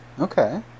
Okay